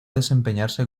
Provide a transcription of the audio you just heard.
desempeñarse